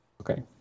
Okay